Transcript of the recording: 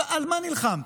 על מה נלחמתם?